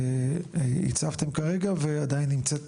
שהצפתם כרגע ועדיין נמצאת,